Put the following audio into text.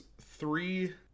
three